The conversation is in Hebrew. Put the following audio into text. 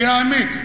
תהיה אמיץ,